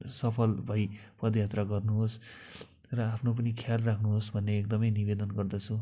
सफल भई पदयात्रा गर्नुहोस् र आफ्नो पनि ख्याल राख्नुहोस् भन्ने एकदमै निवेदन गर्दछु